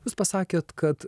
jūs pasakėt kad